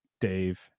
Dave